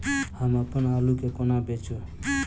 हम अप्पन आलु केँ कोना बेचू?